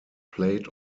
played